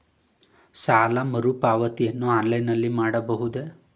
ಸಾಲ ಮರುಪಾವತಿಯನ್ನು ಆನ್ಲೈನ್ ನಲ್ಲಿ ಮಾಡಬಹುದೇ?